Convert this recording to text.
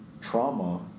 Trauma